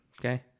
okay